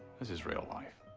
this is real life.